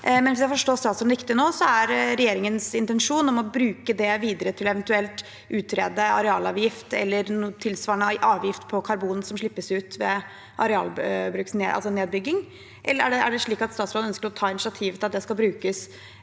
Hvis jeg forstår statsråden riktig nå, er regjeringens intensjon å bruke det videre til eventuelt å utrede arealavgift eller en tilsvarende avgift på karbon som slippes ut ved nedbygging. Er det slik at statsråden ønsker å ta initiativ til at det skal brukes